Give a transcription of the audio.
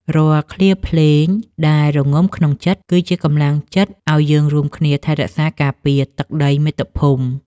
រាល់ឃ្លាភ្លេងដែលរងំក្នុងចិត្ត គឺជាកម្លាំងចិត្តឱ្យយើងរួមគ្នាថែរក្សាការពារទឹកដីមាតុភូមិ។